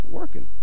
working